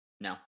No